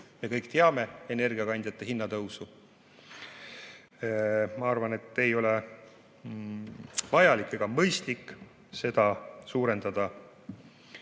Me kõik teame energiakandjate hinnatõusu. Ma arvan, et ei ole vajalik ega mõistlik seda suurendada.